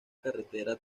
carretera